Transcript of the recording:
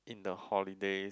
in the holidays